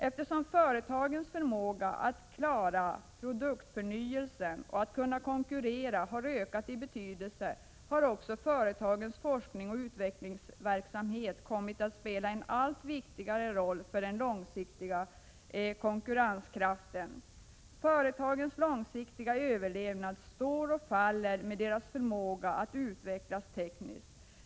Eftersom företagens förmåga att klara produktförnyelsen och kunna konkurrera har ökat i betydelse, har också företagens forskning och utvecklingsverksamhet kommit att spela en allt viktigare roll för den långsiktiga konkurrenskraften. Företagens långsiktiga överlevnad står och faller med deras förmåga att utvecklas tekniskt.